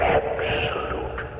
absolute